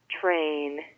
train